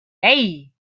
hey